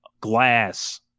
glass